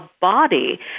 body